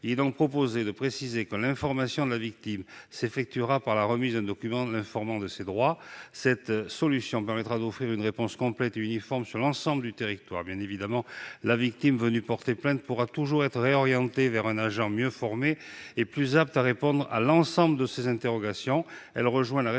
Il est donc proposé de préciser que l'information de la victime s'effectuera par la remise d'un document l'informant de ses droits. Cette solution permettra d'offrir une réponse complète et uniforme sur l'ensemble du territoire. Bien évidemment, la victime venue porter plainte pourra toujours être réorientée vers un agent mieux formé et plus apte à répondre à l'ensemble de ses interrogations. Une telle mesure a été